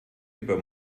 über